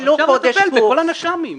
אפשר לטפל בכל הנש"מים.